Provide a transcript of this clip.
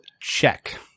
check